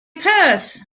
purse